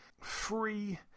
Free